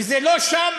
וזה לא שם.